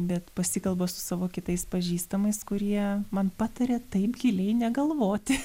bet pasikalbu su savo kitais pažįstamais kurie man pataria taip giliai negalvoti